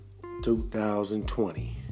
2020